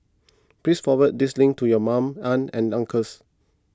please forward this link to your mums aunts and uncles